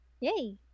Yay